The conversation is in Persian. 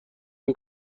این